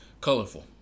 Colorful